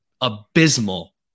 abysmal